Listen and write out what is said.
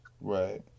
Right